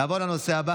נעבור לנושא הבא